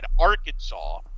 Arkansas